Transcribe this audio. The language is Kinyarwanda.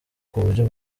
kuburyo